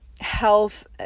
health